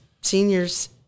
seniors